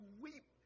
weep